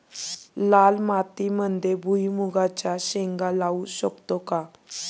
लाल मातीमध्ये भुईमुगाच्या शेंगा लावू शकतो का?